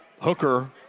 Hooker